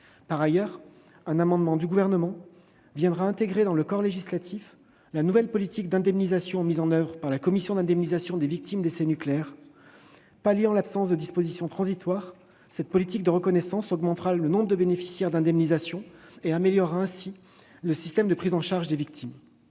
De plus, un amendement gouvernemental visera à intégrer dans le corps législatif la nouvelle politique d'indemnisation mise en oeuvre par le Comité d'indemnisation des victimes d'essais nucléaires (Civen). Palliant l'absence de dispositions transitoires, cette politique de reconnaissance augmentera le nombre des bénéficiaires d'une indemnisation et améliorera ainsi le système de prise en charge des victimes.